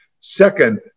Second